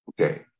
Okay